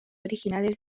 originales